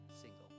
single